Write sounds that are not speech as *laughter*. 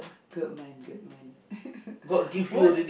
good man good man *laughs* what